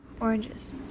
Oranges